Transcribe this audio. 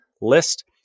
list